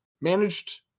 managed